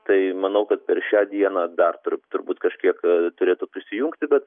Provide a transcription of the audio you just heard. tai manau kad per šią dieną dar turi turbūt kažkiek turėtų prisijungti bet